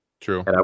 true